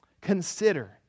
Consider